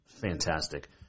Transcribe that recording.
fantastic